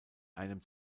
einem